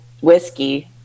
whiskey